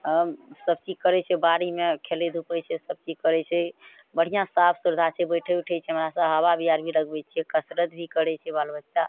हम सब चीज करय छियै बाड़ीमे खेलय धुपय छै सब चीज करय छै बढ़िआँ साफ सुथरा छै बैठय उठय छै हमरासँ हवा बिहारि भी लगबय छियै कसरत भी करय छै बाल बच्चा